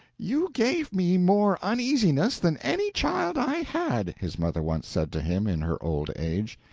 you gave me more uneasiness than any child i had, his mother once said to him, in her old age.